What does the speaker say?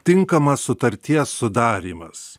tinkamas sutarties sudarymas